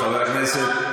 חבר הכנסת,